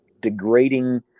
degrading